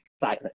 silent